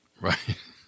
Right